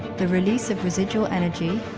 the release of residual energy,